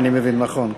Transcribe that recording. אם אני מבין נכון,